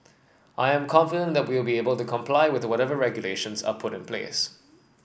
I am confident that we'll be able to comply with whatever regulations are put in place